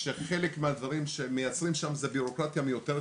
שחלק מהדברים שמייצרים שם זה ביורוקרטיה מיותרת